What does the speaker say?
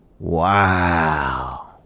Wow